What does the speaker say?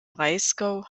breisgau